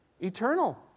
eternal